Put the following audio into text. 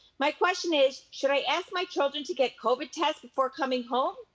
my question is, should i ask my children to get covid tests before coming home?